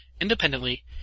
independently